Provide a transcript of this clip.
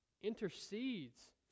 Intercedes